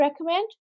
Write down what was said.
recommend